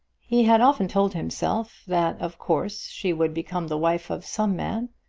he had often told himself that of course she would become the wife of some man,